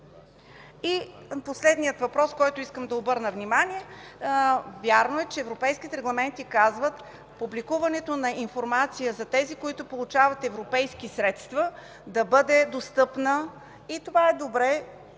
Последният въпрос, на който искам да обърна внимание. Вярно е, че европейските регламенти казват – публикуването на информация за тези, които получават европейски средства да бъде достъпна, и това е добре